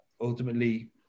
ultimately